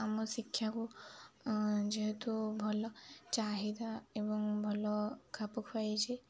ଆମ ଶିକ୍ଷାକୁ ଯେହେତୁ ଭଲ ଚାହିଦା ଏବଂ ଭଲ ଖାପ ଖୁଆଇଛି